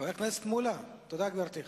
תודה, גברתי.